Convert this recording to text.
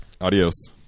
adios